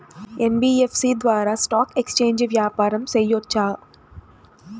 NBFC ద్వారా stock exchange వ్యాపారం సేయొచ్చా?